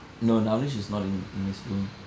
no navinesh is not in in his room